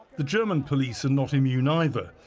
the german police are not immune either.